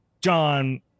John